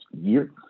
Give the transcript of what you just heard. year